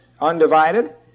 undivided